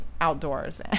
outdoors